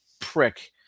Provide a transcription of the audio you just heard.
prick